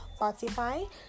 Spotify